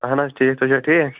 اَہَن حظ ٹھیٖک تُہۍ چھُوا ٹھیٖک